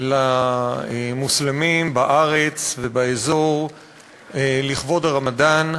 למוסלמים בארץ ובאזור לכבוד הרמדאן.